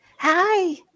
Hi